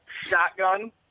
shotgun